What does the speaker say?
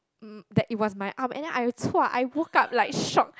mm that it was my arm and then I !wah! I woke up like shocked